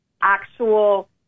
actual